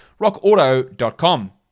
RockAuto.com